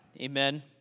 Amen